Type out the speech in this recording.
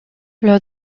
leur